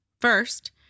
First